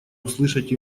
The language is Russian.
услышать